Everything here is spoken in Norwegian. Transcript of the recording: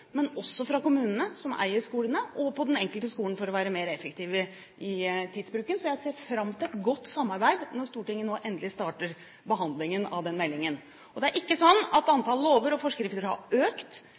men også i kommunene, som eier skolene, og på den enkelte skolen for å være mer effektive i tidsbruken. Så jeg ser fram til et godt samarbeid når Stortinget nå endelig starter behandlingen av den meldingen. Det er ikke sånn at